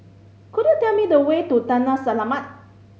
could you tell me the way to Taman Selamat